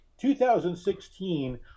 2016